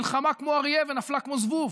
נלחמה כמו אריה ונפלה כמו זבוב.